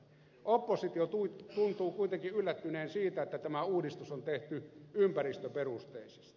oppositio tuntuu kuitenkin yllättyneen siitä että tämä uudistus on tehty ympäristöperusteisesti